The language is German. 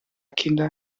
kinder